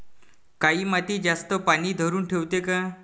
काळी माती जास्त पानी धरुन ठेवते का?